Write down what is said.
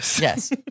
Yes